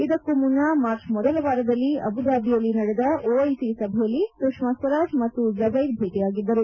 ಇದಕ್ಕೂ ಮುನ್ನ ಮಾರ್ಚ್ ಮೊದಲ ವಾರದಲ್ಲಿ ಅಬುದಾಬಿಯಲ್ಲಿ ನಡೆದ ಒಐಸಿ ಸಭೆಯಲ್ಲಿ ಸುಷ್ನಾ ಸ್ವರಾಜ್ ಮತ್ತು ಝುಬೈರ್ ಭೇಟಿಯಾಗಿದ್ದರು